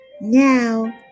Now